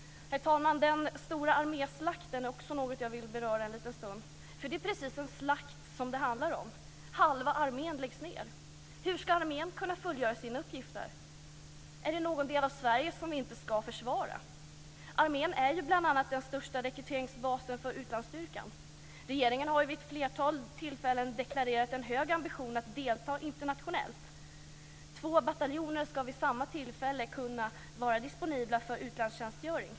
Herr talman! Den stora arméslakten är också en fråga jag vill beröra en liten stund. Det är precis en slakt det handlar om. Halva armén läggs ned. Hur ska armén kunna fullgöra sina uppgifter? Är det någon del av Sverige som inte ska försvaras? Armén är bl.a. den största rekryteringsbasen för utlandsstyrkan. Regeringen har vid ett flertal tillfällen deklarerat en hög ambition att delta internationellt. Två bataljoner ska vid samma tillfälle vara disponibla för utlandstjänstgöring.